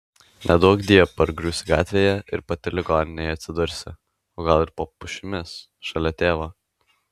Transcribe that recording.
neduokdie pargriūsi gatvėje ir pati ligoninėje atsidursi o gal ir po pušimis šalia tėvo